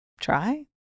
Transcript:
try